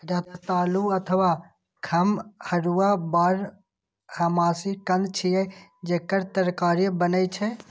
रतालू अथवा खम्हरुआ बारहमासी कंद छियै, जेकर तरकारी बनै छै